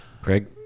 Craig